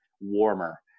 warmer